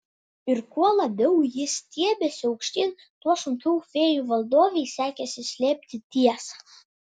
ir kuo labiau ji stiebėsi aukštyn tuo sunkiau fėjų valdovei sekėsi slėpti tiesą